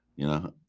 you know.